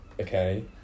Okay